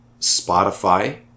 Spotify